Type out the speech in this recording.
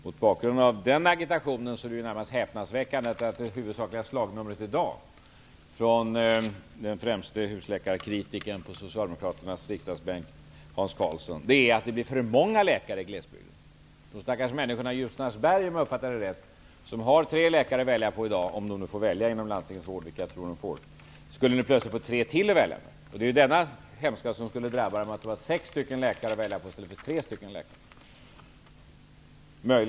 Mot bakgrund av den agitationen är det ju närmast häpnadsväckande att i dag höra att Socialdemokraternas främste husläkarkritiker Hans Karlssons huvudsakliga argument är att det blir för många läkare i glesbygden. De stackars människorna i Ljusnarsberg har i dag, om jag har uppfattat det rätt, tre läkare att välja mellan. Jag vet inte om de får välja inom landstingsvården, men det tror jag. Dessa människor skulle nu plötsligt få tre läkare till att välja mellan. Det hemska som skulle drabba dem är att de får sex läkare att välja mellan i stället för tre.